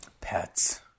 pets